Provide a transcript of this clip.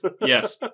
Yes